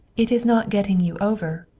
it is not getting you over.